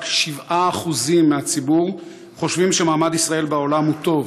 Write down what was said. רק 7% מהציבור חושבים שמעמד ישראל בעולם הוא טוב.